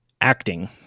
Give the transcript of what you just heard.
Acting